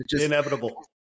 Inevitable